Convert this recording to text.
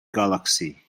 galaxy